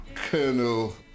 colonel